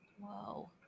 Wow